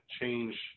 change